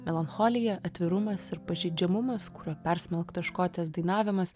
melancholija atvirumas ir pažeidžiamumas kuriuo persmelktas škotės dainavimas